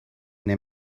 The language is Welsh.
neu